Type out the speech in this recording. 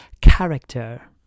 character